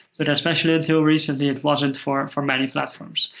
but especially until recently, it wasn't for for many platforms.